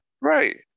Right